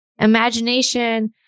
imagination